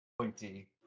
pointy